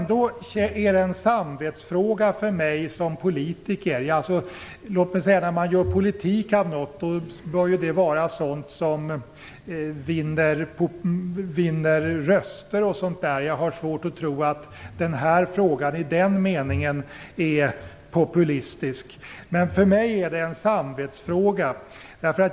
Ändå är detta en samvetsfråga för mig som politiker. När man gör politik av något bör det vara sådant som gör att man vinner röster osv. Jag har svårt att tro att denna fråga i den meningen är populistisk. För mig är det en samvetsfråga.